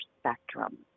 spectrum